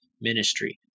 ministry